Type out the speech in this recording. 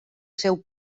seu